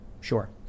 Sure